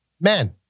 Men